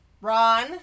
Ron